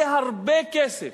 זה הרבה כסף.